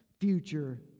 future